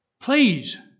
please